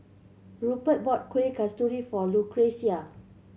Rupert bought Kueh Kasturi for Lucretia